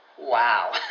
Wow